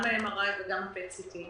גם MRI וגם PET-CT,